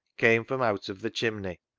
came from out of the chimney,